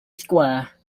square